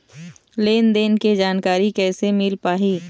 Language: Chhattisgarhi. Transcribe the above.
लेन देन के जानकारी कैसे मिल पाही?